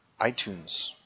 iTunes